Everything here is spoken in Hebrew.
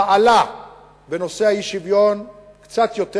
פעלה בנושא האי-שוויון קצת יותר,